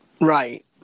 right